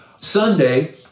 Sunday